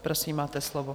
Prosím, máte slovo.